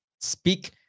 speak